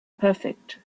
perfect